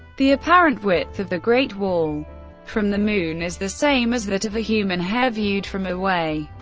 the apparent width of the great wall from the moon is the same as that of a human hair viewed from away.